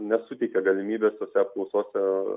nesuteikė galimybės tose apklausose